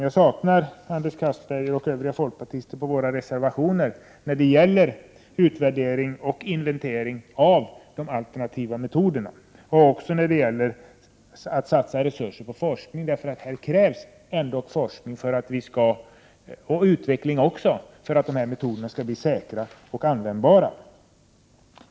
Jag saknar Anders Castberger och övriga folkpartister när det gäller våra reservationer om utvärdering och inventering av de alternativa metoderna och även när det gäller att satsa resurser på forskning. Här krävs forskning och utveckling för att dessa metoder skall bli säkra och användbara.